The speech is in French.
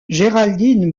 géraldine